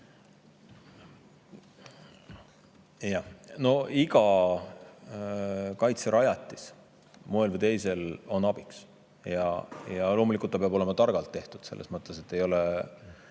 No iga kaitserajatis moel või teisel on abiks. Loomulikult see peab olema targalt tehtud. Selles mõttes, et ei ole